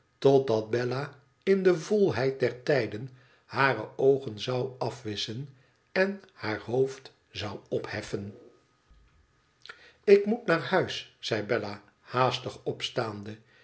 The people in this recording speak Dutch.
totdat bella in de volheid der tijden hare oogen zou afwisschen en haar hoofd zou opheffen ik moet naar huis zei bella haastig opstaande